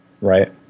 right